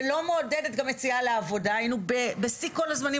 ולא מעודדת גם יציאה לעבודה היינו בשיא כל הזמנים